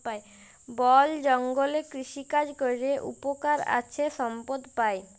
বল জঙ্গলে কৃষিকাজ ক্যরে উপকার আছে সম্পদ পাই